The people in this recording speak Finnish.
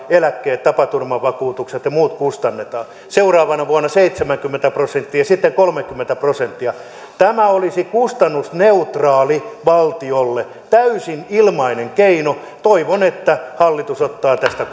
eläkkeet tapaturmavakuutukset ja muut kustannetaan seuraavana vuonna seitsemänkymmentä prosenttia ja sitten kolmekymmentä prosenttia tämä olisi kustannusneutraali valtiolle täysin ilmainen keino toivon että hallitus ottaa tästä